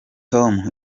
tom